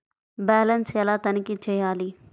Balance ఎలా తనిఖీ చేయాలి?